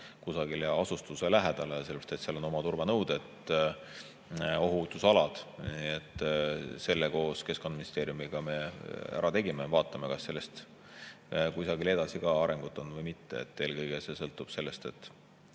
kusagil asustuse lähedal, sellepärast et seal on oma turvanõuded, ohutusalad. Selle koos Keskkonnaministeeriumiga me ära tegime. Vaatame, kas sellest kusagil edasi ka arengut on või mitte. Eelkõige sõltub see sellest,